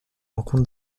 rencontre